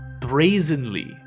brazenly